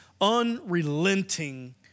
unrelenting